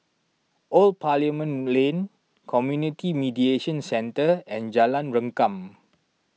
Old Parliament Lane Community Mediation Centre and Jalan Rengkam